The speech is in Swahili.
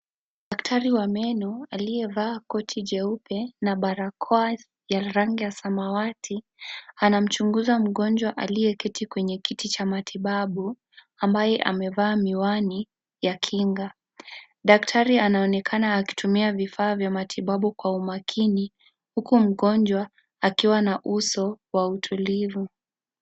Daktari wa meno, aliyevaa koti jeupe na barakoa ya rangi ya samawati, anamchunguza mgonjwa aliyeketi kwenye kiti cha matibabu, ambaye amevaa miwani ya kinga. Daktari anaonekana akitumia vifaa vya matibabu kwa umakini, huku mgonjwa akiwa na uso wa utulivu.